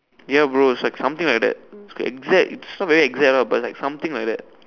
ya bro it's like something like that it's the exact it's not very exact lah but it's like something like that